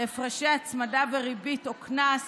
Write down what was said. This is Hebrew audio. הפרשי הצמדה וריבית או קנס